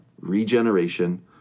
regeneration